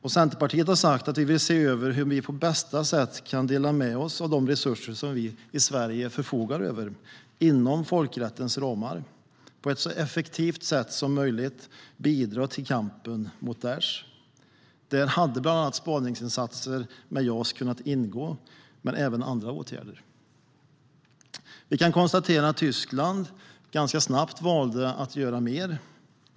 Centerpartiet har sagt att vi vill se över hur vi på bästa sätt kan dela med oss av de resurser som vi i Sverige förfogar över inom folkrättens ramar och på ett så effektivt sätt som möjligt bidra till kampen mot Daish. Där hade bland annat spaningsinsatser med JAS kunnat ingå, men även andra åtgärder. Vi kan konstatera att Tyskland ganska snabbt valde att göra mer.